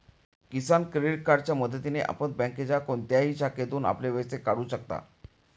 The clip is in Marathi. किसान क्रेडिट कार्डच्या मदतीने आपण बँकेच्या कोणत्याही शाखेतून आपले पैसे काढू शकता